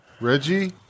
Reggie